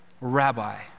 Rabbi